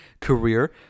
career